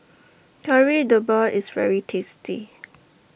Kari Debal IS very tasty